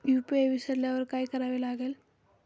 UPI विसरल्यावर काय करावे लागेल?